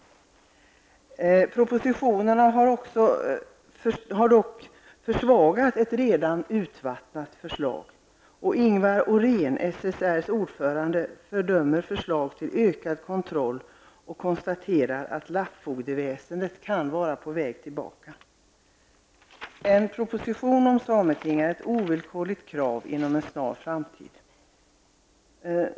Propositionerna har dock redan försvagat ett redan urvattnat förslag. Och, Ingwar Åhrén, SSRs ordförande, fördömer förslag till ökad kontroll och konstaterar att lappfogdeväsendet kan vara på väg tillbaka. En proposition om ett sameting är ett ovillkorligt krav inom en snar framtid.